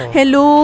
Hello